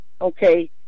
okay